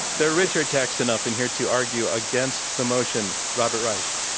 the rich are taxed enough. and here to argue against the motion, robert reich.